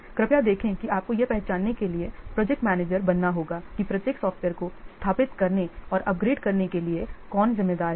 कृपया देखें कि आपको यह पहचानने के लिए प्रोजेक्ट मैनेजर बनना होगा कि प्रत्येक सॉफ्टवेयर को स्थापित करने और अपग्रेड करने के लिए कौन जिम्मेदार है